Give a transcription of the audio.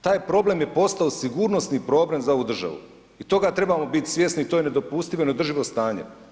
Taj problem je postao sigurnosni problem za ovu državu i toga trebamo biti svjesni i to je nedopustivo i neodrživo stanje.